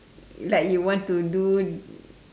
like you want to do